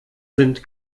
sind